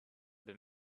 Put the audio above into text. been